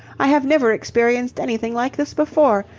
i have never experienced anything like this before.